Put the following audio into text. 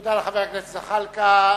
תודה לחבר הכנסת זחאלקה.